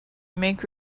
make